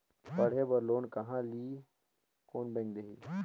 पढ़े बर लोन कहा ली? कोन बैंक देही?